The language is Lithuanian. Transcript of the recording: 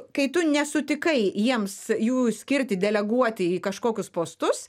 kai tu nesutikai jiems jų skirti deleguoti į kažkokius postus